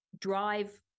drive